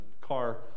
car